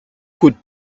could